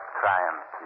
triumph